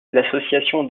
l’association